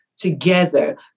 Together